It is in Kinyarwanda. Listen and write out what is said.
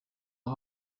aho